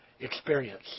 experience